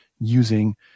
using